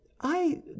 I